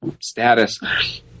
status